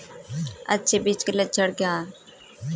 अच्छे बीज के लक्षण क्या हैं?